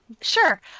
Sure